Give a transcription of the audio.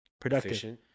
productive